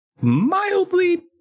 mildly